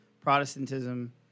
Protestantism